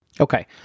Okay